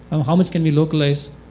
how much can we localize,